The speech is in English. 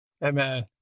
Amen